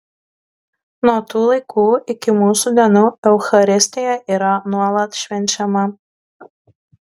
nuo tų laikų iki mūsų dienų eucharistija yra nuolat švenčiama